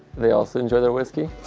they also enjoy their whisky